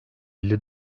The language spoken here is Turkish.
elli